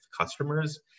customers